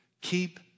keep